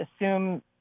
assume